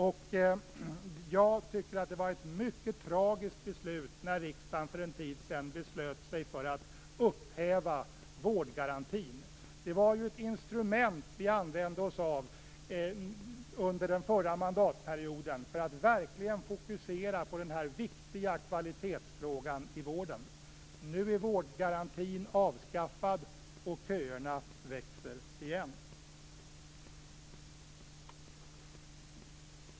Jag tycker att det var ett mycket tragiskt beslut när riksdagen för en tid sedan bestämde sig för att upphäva vårdgarantin. Den var ett instrument som vi använde oss av under den förra mandatperioden för att verkligen fokusera på den viktiga kvalitetsfrågan i vården. Nu är vårdgarantin avskaffad, och köerna växer igen.